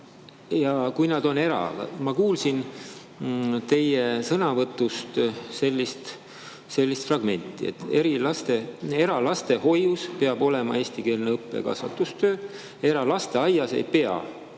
Ja kui nad on era… Ma kuulsin teie sõnavõtust sellist fragmenti, et eralastehoius peab olema eestikeelne õppe‑ ja kasvatustöö, aga eralasteaias ei pea